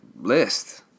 list